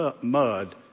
mud